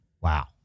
Wow